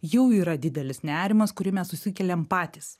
jau yra didelis nerimas kurį mes susikeliam patys